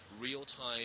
real-time